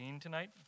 tonight